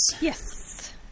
Yes